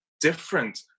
different